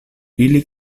ili